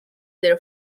their